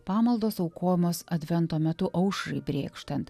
pamaldos aukojamos advento metu aušrai brėkštant